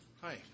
Hi